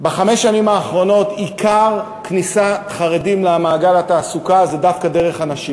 בחמש שנים האחרונות עיקר כניסת חרדים למעגל התעסוקה זה דווקא דרך הנשים,